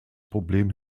problem